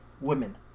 women